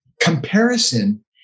comparison